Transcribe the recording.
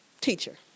teacher